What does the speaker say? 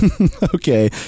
Okay